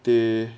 they